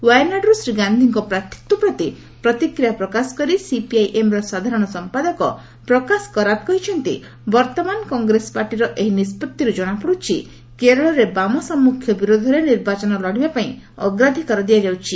ଓ୍ୱାୟାନାଡ଼ରୁ ଶ୍ରୀ ଗାନ୍ଧିଙ୍କ ପ୍ରାର୍ଥୀତ୍ୱ ପ୍ରତି ପ୍ରତିକ୍ରିୟା ପ୍ରକାଶ କରି ସିପିଆଇଏମ୍ର ସାଧାରଣ ସମ୍ପାଦକ ପ୍ରକାଶ କରାତ୍ କହିଛନ୍ତି ବର୍ତ୍ତମାନ କଂଗ୍ରେସ ପାର୍ଟିର ଏହି ନିଷ୍ପଭିରୁ ଜଣାପଡୁଛି କେରଳରେ ବାମସାମ୍ମୁଖ୍ୟ ବିରୋଧରେ ନିର୍ବାଚନ ଲଢ଼ିବା ପାଇଁ ଅଗ୍ରାଧିକାର ଦିଆଯାଉଛି